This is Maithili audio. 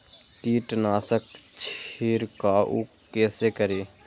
कीट नाशक छीरकाउ केसे करी?